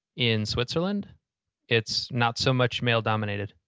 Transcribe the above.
in switzerland it's not so much male dominated.